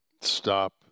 stop